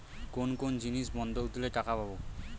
কোন কোন জিনিস বন্ধক দিলে টাকা পাব?